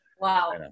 Wow